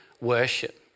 worship